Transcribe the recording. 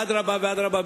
אדרבה ואדרבה,